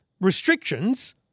restrictions